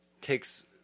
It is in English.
takes